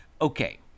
okay